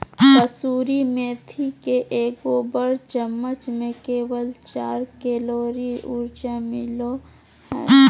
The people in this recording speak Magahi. कसूरी मेथी के एगो बड़ चम्मच में केवल चार कैलोरी ऊर्जा मिलो हइ